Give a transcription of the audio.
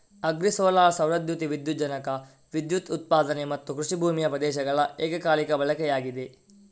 agri solar ಸೌರ ದ್ಯುತಿ ವಿದ್ಯುಜ್ಜನಕ ವಿದ್ಯುತ್ ಉತ್ಪಾದನೆ ಮತ್ತುಕೃಷಿ ಭೂಮಿಯ ಪ್ರದೇಶಗಳ ಏಕಕಾಲಿಕ ಬಳಕೆಯಾಗಿದೆ